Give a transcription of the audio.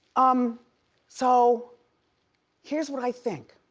um so here's what i think.